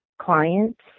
clients